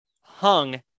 hung